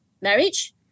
marriage